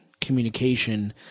communication